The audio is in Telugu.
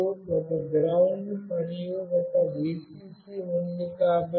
మరియు ఒక GND మరియు ఒక VCC ఉంది